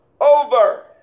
over